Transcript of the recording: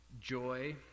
joy